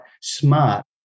smart